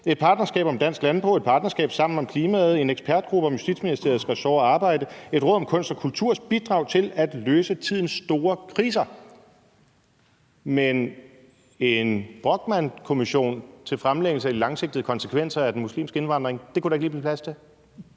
et partnerskab om dansk landbrug; et partnerskab ved navn Sammen om klimaet; en ekspertgruppe om Justitsministeriets ressort og arbejde; et råd om kunst og kulturs bidrag til at løse tidens store kriser. Men en Brochmannkommission til fremlæggelse af de langsigtede konsekvenser af den muslimske indvandring kunne der ikke lige blive plads til?